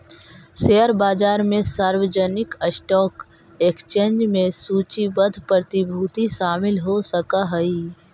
share बाजार में सार्वजनिक स्टॉक एक्सचेंज में सूचीबद्ध प्रतिभूति शामिल हो सकऽ हइ